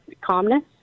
calmness